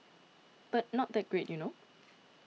but not that great you know